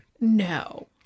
No